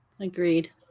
Agreed